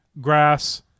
grass